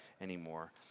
anymore